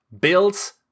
builds